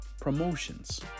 promotions